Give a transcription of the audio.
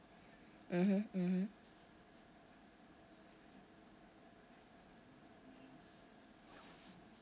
mmhmm mmhmm